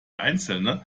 einzelne